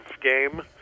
game